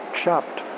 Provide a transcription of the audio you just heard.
Chopped